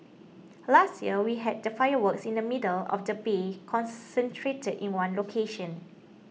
last year we had the fireworks in the middle of the bay concentrated in one location